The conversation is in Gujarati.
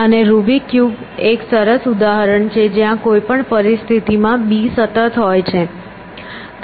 અને રુબિક ક્યુબ એક સરસ ઉદાહરણ છે જ્યાં કોઈ પણ પરિસ્થિતિમાં b સતત હોય છે